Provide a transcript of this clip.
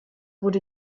wurde